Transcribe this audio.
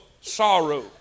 sorrow